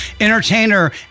entertainer